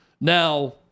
Now